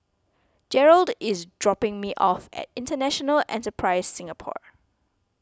Jerrold is dropping me off at International Enterprise Singapore